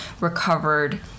recovered